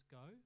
go